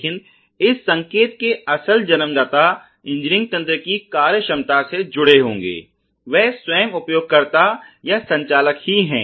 लेकिन इस संकेत के असल जन्मदाता इंजीनियर तंत्र की कार्य क्षमता से जुड़े होंगे वह स्वयं उपयोगकर्ता या संचालक ही है